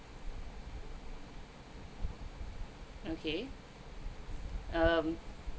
okay um